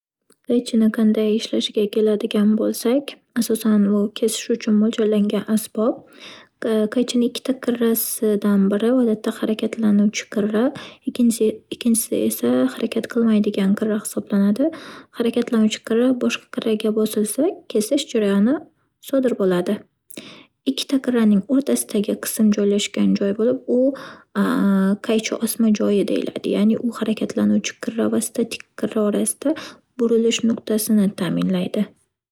Qaychini qanday ishlashiga keladigan bo'lsak, asosan u kesishish uchun mo'ljallangan asbob. Qaychini ikkita qirrasidan biri odatda harakatlanuvchi qirra, ikkinchisi esa harakat qilmaydigan qirra hisoblanadi. Harakatlanuvchi qirra boshqa qirraga bosilsa, kesish jarayoni sodir bo'ladi. Ikkita qirraning o'rtasidagi qism joylashgan joy bo'lib u qaychi osma joyi deyiladi ya'ni u harakatlanuvchi qirra va statik qirra orasida burilish nuqtasini ta'minlaydi.